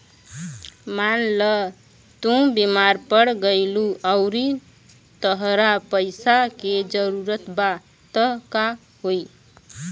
मान ल तू बीमार पड़ गइलू अउरी तहरा पइसा के जरूरत बा त का होइ